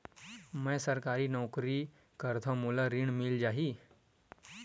मै सरकारी नौकरी करथव मोला ऋण मिल जाही?